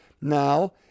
Now